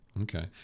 Okay